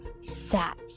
sat